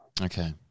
Okay